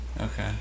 Okay